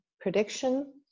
prediction